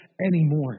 anymore